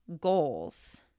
goals